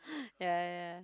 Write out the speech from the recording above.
ya ya ya